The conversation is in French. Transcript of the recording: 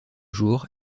jour